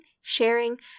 sharing